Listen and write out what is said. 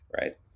right